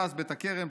תעש בית הכרם,